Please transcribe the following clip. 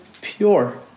pure